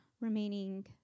remaining